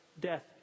death